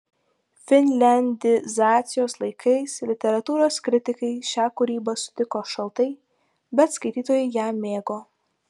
finliandizacijos laikais literatūros kritikai šią kūrybą sutiko šaltai bet skaitytojai ją mėgo